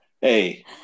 Hey